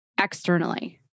Externally